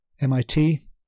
MIT